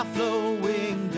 flowing